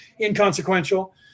inconsequential